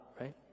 right